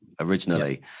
originally